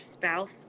spouse